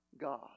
God